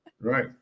Right